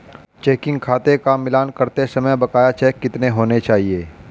Checking खाते का मिलान करते समय बकाया चेक कितने होने चाहिए?